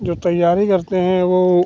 जो तैयारी करते हैं वह